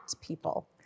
people